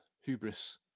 hubris